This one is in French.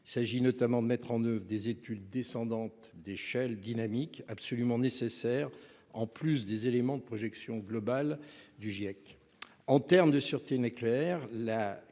Il s'agit notamment de mettre en oeuvre des études de descente d'échelle dynamique, absolument nécessaires, outre les éléments de projection globale du Giec. En termes de sûreté nucléaire, la